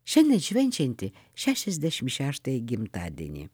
šiandien švenčianti šešiasdešimt šeštąjį gimtadienį